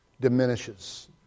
diminishes